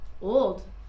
old